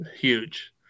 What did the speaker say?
huge